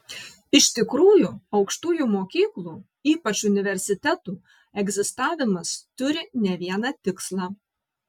iš tikrųjų aukštųjų mokyklų ypač universitetų egzistavimas turi ne vieną tikslą